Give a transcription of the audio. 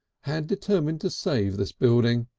had determined to save this building.